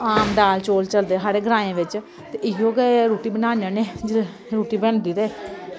आम दाल चौल चलदे साढ़े ग्राएं बिच ते इयो गै रुट्टी बनाने होन्ने जिल्लै रुट्टी बनदी ते